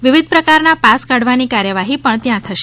વિવિધ પ્રકારના પાસ કાઢવાની કાર્યવાહી પણ ત્યાંથી થશે